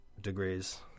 degrees